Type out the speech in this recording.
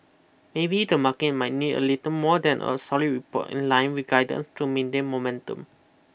maybe the market might need a little more than a solid report in line with guidance to maintain momentum